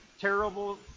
terrible